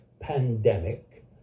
pandemic